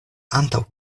antaŭ